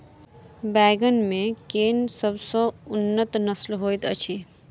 बैंगन मे केँ सबसँ उन्नत नस्ल होइत अछि?